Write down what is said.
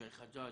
שי חג'ג',